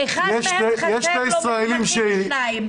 לאחד מהם חסר שני מסמכים,